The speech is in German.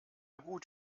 gut